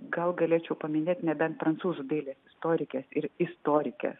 gal galėčiau paminėt nebent prancūzų dailės istorikės ir istorikė